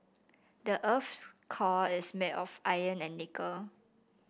the earth's core is made of iron and nickel